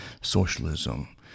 socialism